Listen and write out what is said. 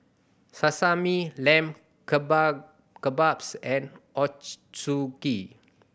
Sashimi Lamb Keba Kebabs and Ochazuke